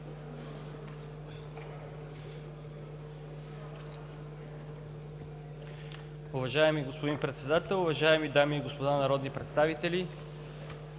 Уважаеми господин Председател, уважаеми дами и господа народни представители!